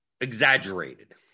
exaggerated